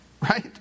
right